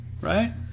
Right